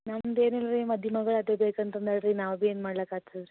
ನಮ್ಮದು ಏನಿಲ್ಲ ರೀ ಮದಿ ಮಗಳು ಅದೇ ಬೇಕಂತ ಅಂದಾಳೆ ರೀ ನಾವು ಬಿ ಏನು ಮಾಡಲಕಾತದೆ